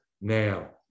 now